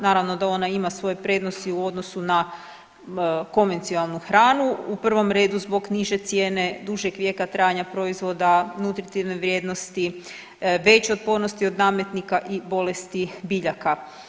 Naravno da ona ima svoje prednosti u odnosu na konvencionalnu hranu u prvom redu zbog niže cijene, dužeg vijeka trajanja proizvoda, nutritivne vrijednosti, veće otpornosti od nametnika i bolesti biljaka.